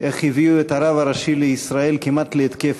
איך הביאו את הרב הראשי לישראל כמעט להתקף